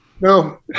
No